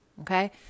Okay